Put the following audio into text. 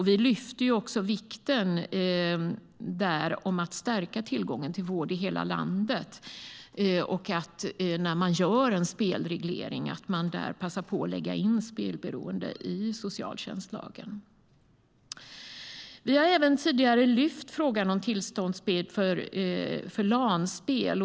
Vi lyfter fram vikten av att stärka tillgången till vård i hela landet. När man gör en spelreglering bör man passa på att lägga in spelberoende i socialtjänstlagen. Vi har även tidigare lyft frågan om tillståndsplikt för LAN-spel.